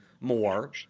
more